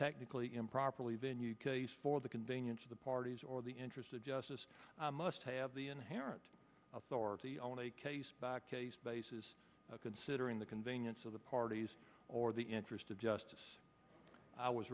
technically improperly venue case for the convenience of the parties or the interest of justice must have the inherent authority on a case by case basis considering the convenience of the parties or the interest of justice